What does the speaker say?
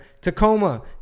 Tacoma